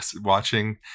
watching